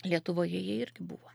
lietuvoje jie irgi buvo